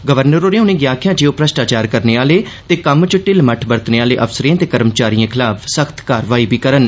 governor होरें उने गी आक्खेआ जे ओह भ्रष्टाचार करने आले ते कम्म च ढिल्ल मट्ठ बरतने आहले अफसरें ते कर्मचारियें खलाफ सख्त कार्रवाई करन